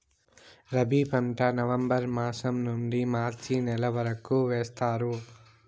రబీ పంట నవంబర్ మాసం నుండీ మార్చి నెల వరకు వేస్తారు